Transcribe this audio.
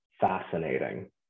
fascinating